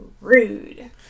rude